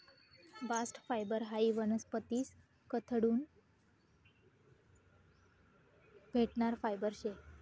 bast fibre हायी वनस्पतीस कडथून भेटणारं फायबर शे